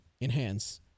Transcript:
enhance